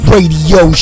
Radio